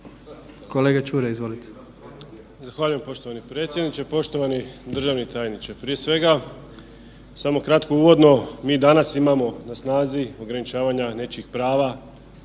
Kolega Čuraj, izvolite.